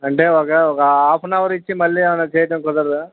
అంటే ఒక ఒక హాఫ్ అన్ అవర్ ఇచ్చి మళ్ళీ ఏమైనా తీయటం కుదరదా